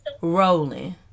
Rolling